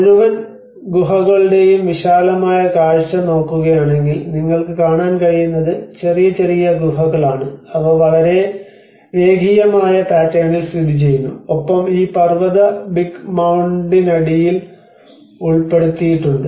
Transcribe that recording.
മുഴുവൻ ഗുഹകളുടെയും വിശാലമായ കാഴ്ച നോക്കുകയാണെങ്കിൽ നിങ്ങൾക്ക് കാണാൻ കഴിയുന്നത് ചെറിയ ചെറിയ ഗുഹകളാണ് അവ വളരെ രേഖീയമായ പാറ്റേണിൽ സ്ഥിതിചെയ്യുന്നു ഒപ്പം ഈ പർവത ബിഗ് മൌണ്ടിനടിയിൽ ഉൾപ്പെടുത്തിയിട്ടുണ്ട്